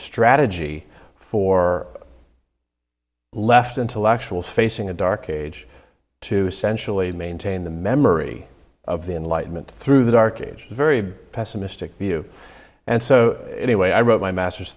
strategy for left intellectuals facing a dark age to sensually maintain the memory of the enlightenment through the dark ages very pessimistic view and so anyway i wrote my master